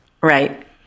Right